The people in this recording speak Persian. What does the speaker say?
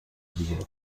دیگه